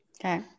Okay